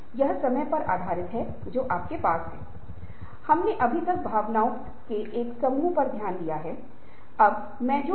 यह एक वित्तीय संसाधन या भौतिक संसाधन समय और शीर्ष प्रबंधन लोगों के संसाधन आदि हो सकते हैं